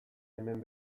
hemen